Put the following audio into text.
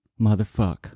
Motherfuck